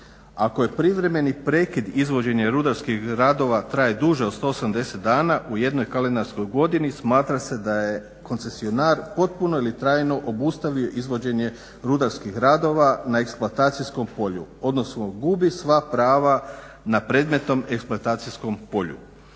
Ako je privremeni prekid izvođenja rudarskih radova traje duže os 180 dana u jednoj kalendarskoj godini, smatra se da je koncesionar potpuno ili trajno obustavio izvođenje rudarskih radova na eksploatacijskom polju odnosno gubi sva prava na predmetom eksploatacijskom polju.